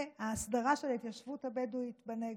ההסדרה של ההתיישבות הבדואית בנגב.